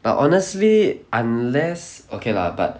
but honestly unless okay lah but